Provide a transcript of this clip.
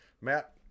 Matt